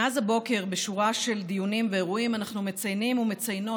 מאז הבוקר בשורה של דיונים ואירועים אנחנו מציינים ומציינות